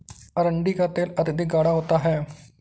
अरंडी का तेल अत्यधिक गाढ़ा होता है